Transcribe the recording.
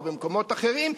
או במקומות אחרים,